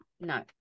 No